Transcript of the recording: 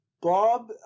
Bob